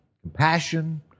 compassion